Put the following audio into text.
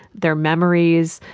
their memories,